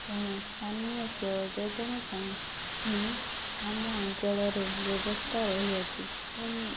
ତେଣୁ ସ୍ଥାନୀୟ ଜଳ ଯୋଗାଣ ପାଇଁ ହିଁ ଆମ ଅଞ୍ଚଳରେ ବ୍ୟବସ୍ଥା ରହିଅଛି